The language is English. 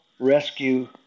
rescue